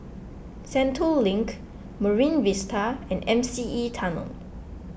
Sentul Link Marine Vista and M C E Tunnel